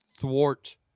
thwart